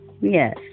Yes